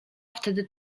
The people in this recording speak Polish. wtedy